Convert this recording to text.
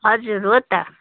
हजुर हो त